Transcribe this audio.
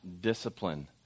discipline